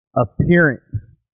appearance